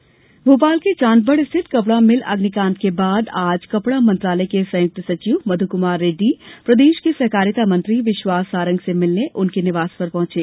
कपड़ा मिल आग भोपाल के चांदबड़ स्थित कपड़ा मिल अग्निकांड के बाद आज कपड़ा मंत्रालय के संयुक्त सचिव मधुकुमार रेड्डी प्रदेश के सहकारिता मंत्री विश्वास सारंग से मिलने उनके निवास पर पहुंचे